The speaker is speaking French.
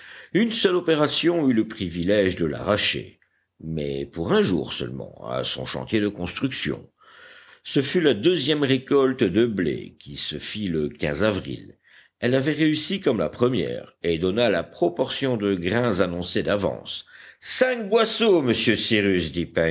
une seule opération eut le privilège de l'arracher mais pour un jour seulement à son chantier de construction ce fut la deuxième récolte de blé qui se fit le avril elle avait réussi comme la première et donna la proportion de grains annoncée d'avance cinq boisseaux monsieur cyrus